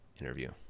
interview